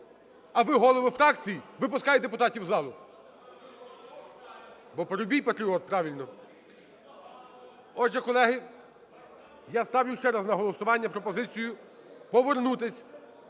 а ви, голови фракцій, випускаєте депутатів з залу? Бо Парубій - патріот, правильно. Отже, колеги, я ставлю ще раз на голосування пропозицію повернутися